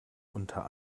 unter